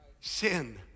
Sin